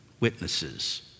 witnesses